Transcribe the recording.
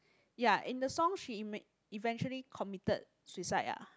ya in the song she event~ eventually committed suicide ah